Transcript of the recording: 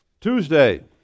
Tuesday